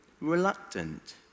reluctant